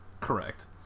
Correct